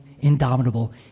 indomitable